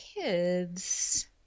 kids